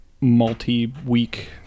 multi-week